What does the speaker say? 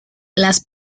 las